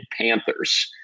Panthers